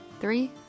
three